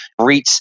REITs